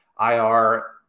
IR